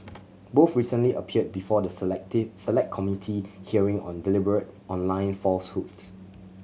both recently appeared before the Selected Select Committee hearing on deliberate online falsehoods